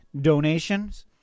donations